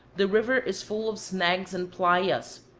the river is full of snags and plaias,